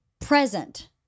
present